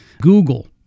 Google